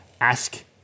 ask